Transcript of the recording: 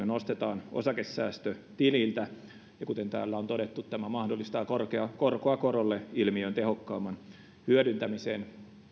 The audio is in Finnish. nostetaan osakesäästötililtä ja kuten täällä on todettu tämä mahdollistaa korkoa korolle ilmiön tehokkaamman hyödyntämisen